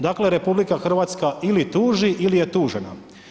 Dakle RH ili tuži ili je tužena.